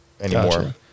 anymore